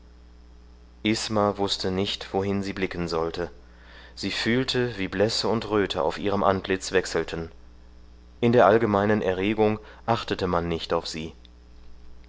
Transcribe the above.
isma wußte nicht wohin sie blicken sollte sie fühlte wie blässe und röte auf ihrem antlitz wechselten in der allgemeinen erregung achtete man nicht auf sie